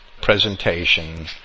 presentation